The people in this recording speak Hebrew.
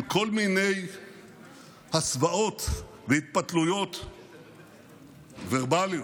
עם כל מיני הסוואות והתפתלויות ורבליות.